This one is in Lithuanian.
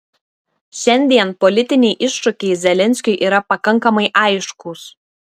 šiandien politiniai iššūkiai zelenskiui yra pakankamai aiškūs